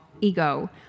ego